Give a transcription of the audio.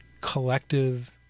collective